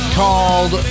called